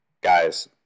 Guys